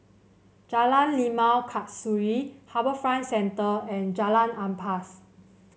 Jalan Limau Kasturi HarbourFront Centre and Jalan Ampas